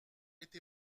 été